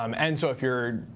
um and so if you're,